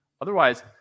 otherwise